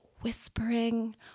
whispering